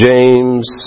James